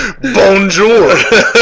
Bonjour